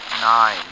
Nine